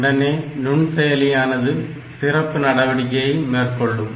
உடனே நுண்செயலியானது சிறப்பு நடவடிக்கையை மேற்கொள்ளும்